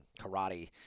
karate